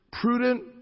prudent